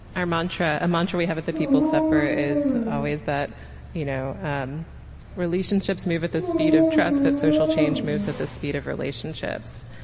our mantra, a mantra we have at the people's supper is always that you know um relationships move at the speed of trust, but social change moves at the speed of relationships.